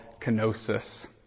kenosis